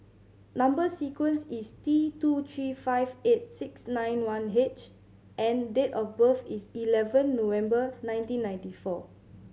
number sequence is T two three five eight six nine one H and date of birth is eleven November nineteen ninety four